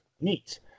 Neat